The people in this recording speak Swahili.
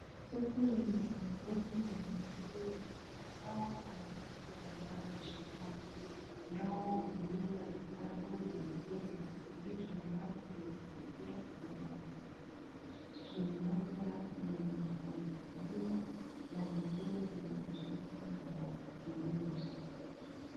Soko lenye wauzaji na wanunuzi wengi ambao wanauza mazao ya shambani . Ndoo, kunia, vikapu na veseji ni vitu ambavyo vilisaidia kubeba mazao . Stuli moja yenye haijakaliwa na zingine zimetumika na wachuuzi.